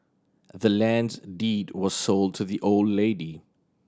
the land's deed was sold to the old lady